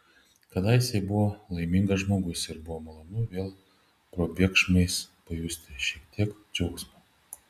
kadaise ji buvo laimingas žmogus ir buvo malonu vėl probėgšmais pajusti šiek tiek džiaugsmo